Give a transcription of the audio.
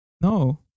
No